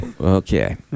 Okay